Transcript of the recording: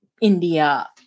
India